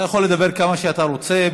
יכול לדבר כמה שאתה רוצה.